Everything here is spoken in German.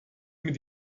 mit